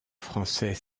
français